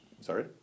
Sorry